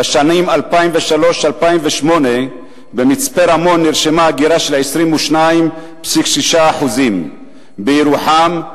בשנים 2003 2008 נרשמה במצפה-רמון הגירה של 22.6%; בירוחם,